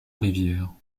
rivière